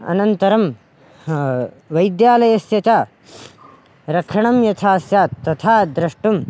अनन्तरं वैद्यालयस्य च रक्षणं यथा स्यात् तथा द्रष्टुं